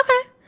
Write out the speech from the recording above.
okay